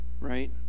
right